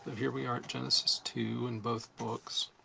here we aren't genesis two in both books.